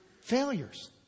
failures